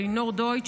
ללינור דויטש,